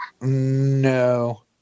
no